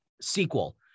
sequel